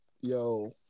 yo